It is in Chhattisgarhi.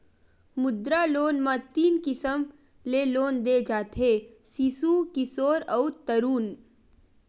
मुद्रा लोन म तीन किसम ले लोन दे जाथे सिसु, किसोर अउ तरून